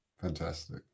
Fantastic